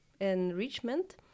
enrichment